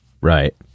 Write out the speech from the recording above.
Right